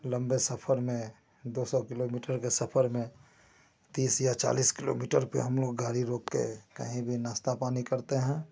लम्बे सफ़र में दो सौ किलोमीटर के सफ़र में तीस या चालीस किलोमीटर पर हम लोग गाड़ी रोक कर कहीं भी नाश्ता पानी करते हैं